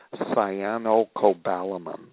cyanocobalamin